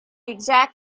exact